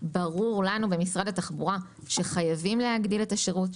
ברור לנו במשרד התחבורה שחייבים להגדיל את השירות,